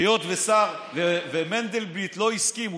היות שמנדלבליט לא הסכים,